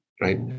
right